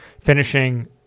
finishing